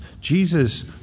Jesus